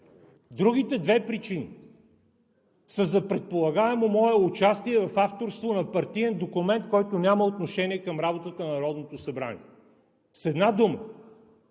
Другите две причини са за предполагаемо мое участие в авторство на партиен документ, който няма отношение към работата на Народното събрание. С една дума